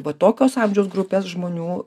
buvo tokios amžiaus grupės žmonių